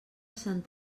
sant